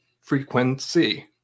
frequency